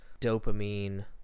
dopamine